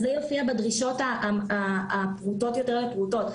אז זה יופיע בדרישות הפרוטות לפרוטות.